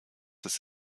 ist